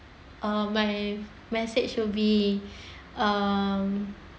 uh my message to be um